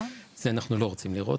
את זה אנחנו לא רוצים לראות,